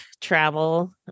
travel